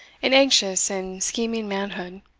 in anxious and scheming manhood